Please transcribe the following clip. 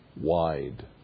wide